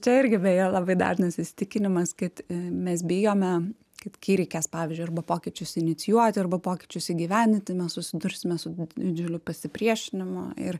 čia irgi beje labai dažnas įsitikinimas kad mes bijome kaip kai reikės pavyzdžiui arba pokyčius inicijuoti arba pokyčius įgyvendinti mes susidursime su didžiuliu pasipriešinimu ir